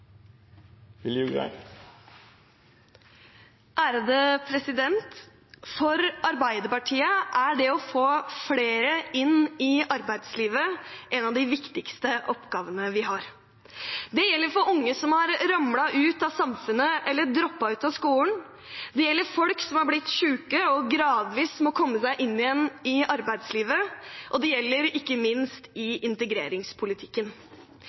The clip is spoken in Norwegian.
For Arbeiderpartiet er det å få flere inn i arbeidslivet en av de viktigste oppgavene vi har. Det gjelder for unge som har ramlet ut av samfunnet eller droppet ut av skolen, det gjelder folk som er blitt syke og gradvis må komme seg inn igjen i arbeidslivet, og det gjelder ikke minst i integreringspolitikken.